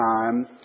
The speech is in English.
time